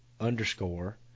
underscore